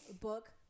book